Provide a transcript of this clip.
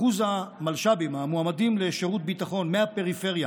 אחוז המלש"בים, המועמדים לשירות ביטחון, מהפריפריה